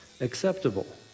acceptable